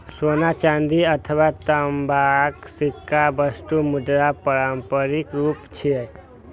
सोना, चांदी अथवा तांबाक सिक्का वस्तु मुद्राक पारंपरिक रूप छियै